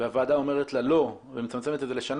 והוועדה אומרת לה לא ומצמצמת לשנה